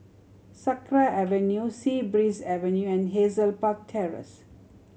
Sakra Avenue Sea Breeze Avenue and Hazel Park Terrace